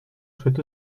souhaite